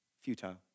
futile